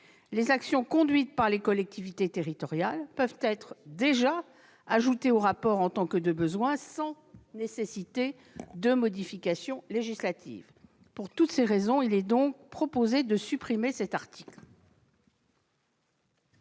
les actions conduites par les collectivités territoriales peuvent être déjà ajoutées au rapport en tant que de besoin, sans qu'il soit nécessaire de modifier la loi. Pour toutes ces raisons, il est donc proposé de supprimer cet article.